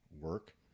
work